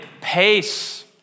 pace